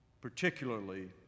particularly